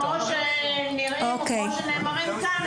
כמו שנאמרים כאן,